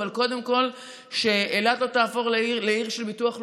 אבל קודם כול שאילת לא תהפוך לעיר של ביטוח לאומי,